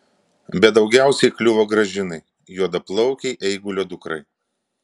bet daugiausiai kliuvo gražinai juodaplaukei eigulio dukrai